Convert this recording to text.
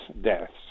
deaths